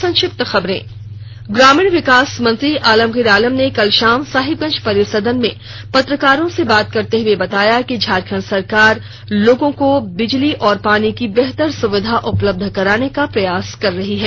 संक्षिप्त खबरें ग्रामीण विकास मंत्री आलमगीर आलम ने कल शाम साहिबगंज परिसदन में पत्रकारों से बात करते हुए बताया कि झारखंड सरकार लोगों को बिजली और पानी की बेहतर सुविधा उपलब्ध कराने का प्रयास कर रही है